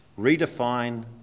Redefine